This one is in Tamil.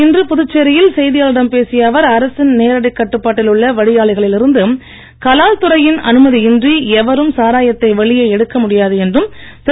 இன்று புதுச்சேரியில் செய்தியாளர்களிடம் பேசிய அவர் அரசின் நேரடி கட்டுப்பாட்டில் உள்ள வடியாலைகளில் இருந்து கலால் துறையின் அனுமதியின்றி எவரும் சாராயத்தை வெளியே எடுக்க முடியாது என்றும் திரு